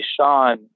sean